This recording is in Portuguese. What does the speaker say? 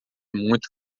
muito